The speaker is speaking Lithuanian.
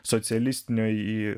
socialistinio į